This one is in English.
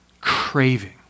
Craving